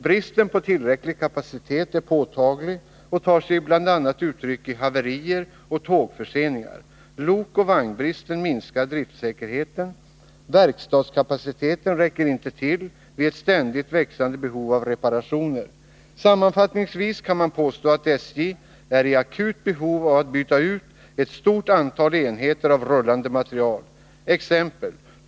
Bristen på tillräcklig kapacitet är påtaglig och tar sig bl.a. uttryck i haverier och tågförseningar. Lokoch vagnbristen minskar driftsäkerheten. Verk stadskapaciteten räcker inte till vid ett ständigt växande behov av reparationer. Sammanfattningsvis kan man påstå att SJ är i akut behov av att byta ut ett stort antal enheter rullande materiel.